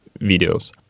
videos